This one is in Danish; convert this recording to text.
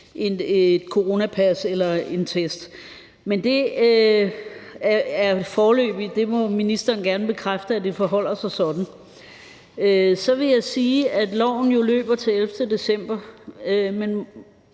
et coronapas eller en test. Men det er vel foreløbigt, og ministeren må gerne bekræfte, at det forholder sig sådan. Så vil jeg sige, at loven jo løber til den 11. december, men